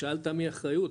שאלת על מי האחריות,